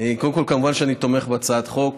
קודם כול, מובן שאני תומך בהצעת החוק.